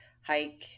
hike